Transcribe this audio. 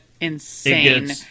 insane